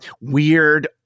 weird